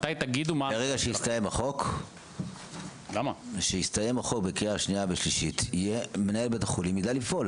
ברגע שיסתיים החוק בקריאה שנייה ושלישית מנהל בית החולים יידע לפעול,